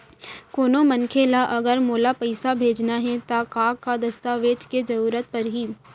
कोनो मनखे ला अगर मोला पइसा भेजना हे ता का का दस्तावेज के जरूरत परही??